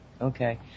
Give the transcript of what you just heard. Okay